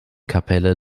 kapelle